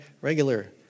regular